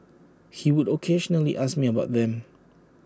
he would occasionally ask me about them